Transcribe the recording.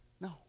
No